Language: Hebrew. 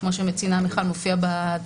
כמו שציינה מיכל זה מופיע בתקנות.